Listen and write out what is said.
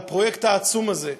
על הפרויקט העצום הזה,